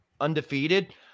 undefeated